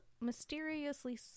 mysteriously